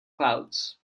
clouds